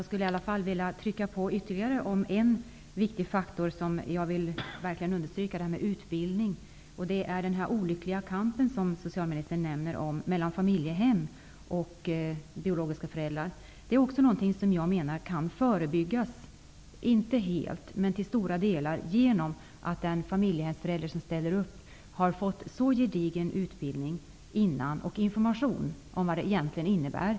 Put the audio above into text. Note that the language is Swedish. Herr talman! Jag vill ytterligare betona en viktig faktor när det gäller utbildning. Det finns en olycklig kamp mellan familjehem och biologiska föräldrar, som socialministern nämner. Det är något som jag menar inte helt men till stora delar kan förebyggas genom att den familjehemsförälder som ställer upp i förväg har fått gedigen utbildning och information om vad det egentligen innebär.